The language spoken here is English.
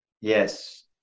Yes